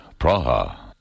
Praha